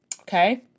Okay